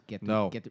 No